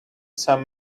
some